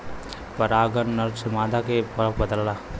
परागन नर से मादा के तरफ बदलला